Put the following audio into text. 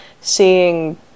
seeing